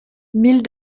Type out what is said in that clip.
mille